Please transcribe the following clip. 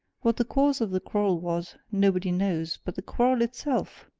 what the cause of the quarrel was, nobody knows but the quarrel itself,